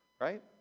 right